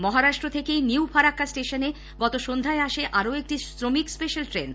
মহারাষ্ট্র থেকেই নিউ ফরাক্কা স্টেশনে সন্ধ্যায় আসে আরও একটি শ্রমিক স্পেশাল ট্রেন